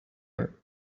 her